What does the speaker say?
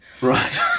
Right